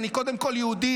אני קודם כול יהודי,